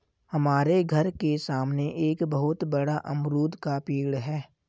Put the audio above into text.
हमारे घर के सामने एक बहुत बड़ा अमरूद का पेड़ है